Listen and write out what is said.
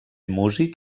músic